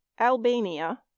Albania